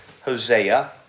Hosea